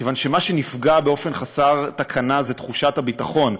כיוון שמה שנפגע באופן חסר תקנה זה תחושת הביטחון.